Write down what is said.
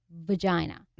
vagina